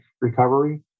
recovery